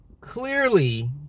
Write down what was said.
clearly